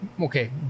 okay